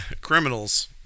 criminals